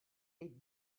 les